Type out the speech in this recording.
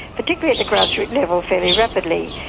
particularly at the grassroots level, fairly rapidly.